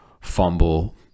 fumble